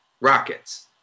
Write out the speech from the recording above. Rockets